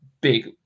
big